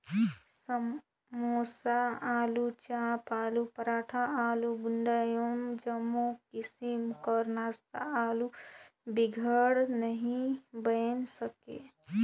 समोसा, आलूचाप, आलू पराठा, आलू गुंडा ए जम्मो किसिम कर नास्ता आलू बिगर नी बइन सके